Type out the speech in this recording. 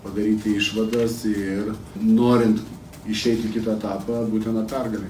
padaryti išvadas ir norint išeit į kitą etapą būtina pergalė